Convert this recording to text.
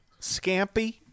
scampi